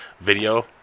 video